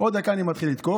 עוד דקה אני מתחיל לתקוף,